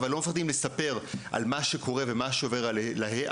אך לא מפחדים לספר על מה שקורה ועל מה שעובר עליהם.